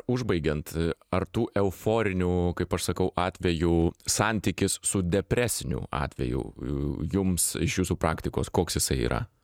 užbaigiant ar tų euforinių kaip aš sakau atvejų santykis su depresinių atvejų jums iš jūsų praktikos koks jisai yra